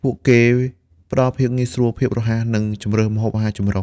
ពួកគេផ្តល់ភាពងាយស្រួល ភាពរហ័ស និងជម្រើសម្ហូបអាហារចម្រុះ។